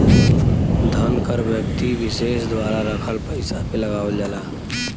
धन कर व्यक्ति विसेस द्वारा रखल पइसा पे लगावल जाला